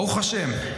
ברוך השם.